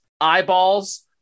Eyeballs